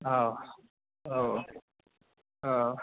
औ औ औ